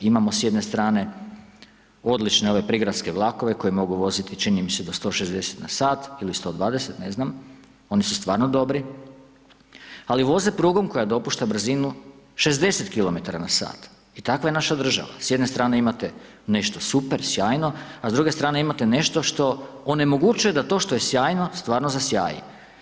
Imamo s jedne strane odlične ove prigradske vlakove koji mogu voziti čini mi se do 160 na sat ili 120, ne znam, oni su stvarno dobri ali voze prugom koja dopušta brzinu 60 km/h. I takva je naša država, s jedne strane imate nešto super, sjajno a s druge strane imate nešto što onemogućuje da to što je sjajno, stvarno zasjaji.